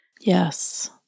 Yes